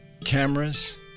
cameras